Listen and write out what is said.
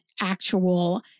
actual